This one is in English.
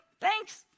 thanks